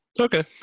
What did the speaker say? Okay